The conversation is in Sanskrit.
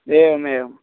एवमेवं